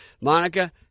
Monica